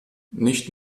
nicht